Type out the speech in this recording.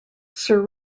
sir